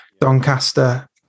Doncaster